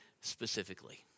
specifically